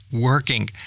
working